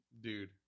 Dude